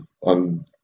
on